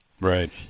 Right